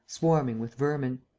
swarming with vermin.